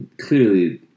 Clearly